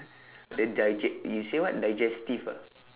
the digest~ you say what digestive ah